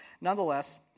Nonetheless